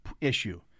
issue